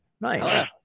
Nice